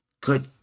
good